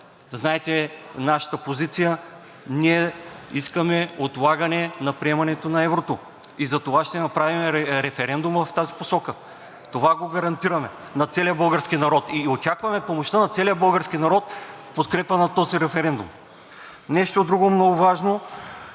Знаете нашата позиция – ние искаме отлагане на приемането на еврото, и затова ще направим референдум в тази посока. Това го гарантираме на целия български народ и очакваме помощта на целия български народ в подкрепа на този референдум. Нещо друго много важно